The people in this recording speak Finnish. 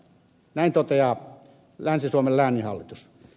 näin toteaa länsi suomen lääninhallitus